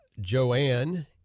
Joanne